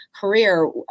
career